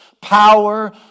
power